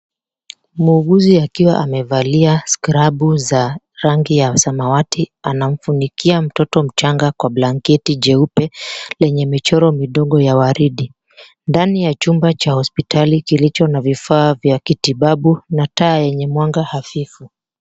Muuguzi akiwa amevalia skrabu za rangi ya samawati anamfunikia mtoto mchanga kwa blanketi jeupe lenye michoro midogo ya waridi. Ndani ya chumba cha hospitali kilicho na vifaa vya kitibabu na taa yenye mwanga hafifu.